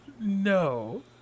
No